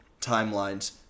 timelines